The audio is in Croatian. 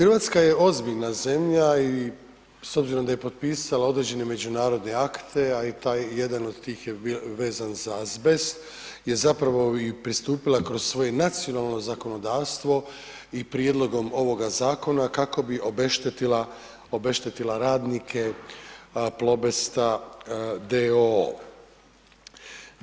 RH je ozbiljna zemlja i s obzirom da je potpisala određene međunarodne akte, a i taj, jedan od tih je vezan za azbest je zapravo i pristupila kroz svoje nacionalno zakonodavstvo i prijedlogom ovoga zakona kako bi obeštetila, obeštetila radnike Plobest d.o.o.